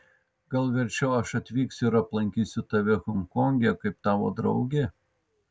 gal verčiau aš atvyksiu ir aplankysiu tave honkonge kaip tavo draugė